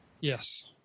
Yes